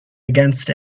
against